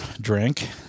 drink